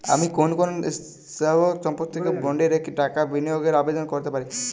আমি কোন কোন স্থাবর সম্পত্তিকে বন্ডে রেখে টাকা বিনিয়োগের আবেদন করতে পারি?